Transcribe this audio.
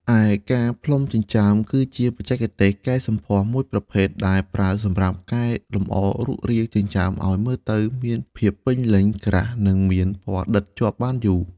ឯ ការផ្លុំចិញ្ចើម គឺជាបច្ចេកទេសកែសម្ផស្សមួយប្រភេទដែលប្រើសម្រាប់កែលម្អរូបរាងចិញ្ចើមឲ្យមើលទៅមានភាពពេញលេញ ក្រាស់ និងមានពណ៌ដិតជាប់បានយូរ។